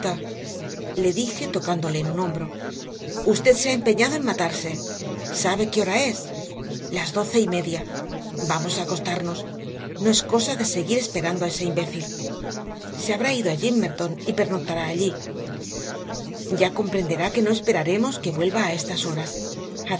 le dije tocándole en un hombro usted se ha empeñado en matarse sabe qué hora es las doce y media vamos a acostarnos no es cosa de seguir esperando a ese imbécil se habrá ido a gimmerton y pernoctará allí ya comprenderá que no esperaremos que vuelva a estas horas